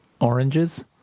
Oranges